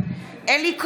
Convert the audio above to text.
אלי כהן,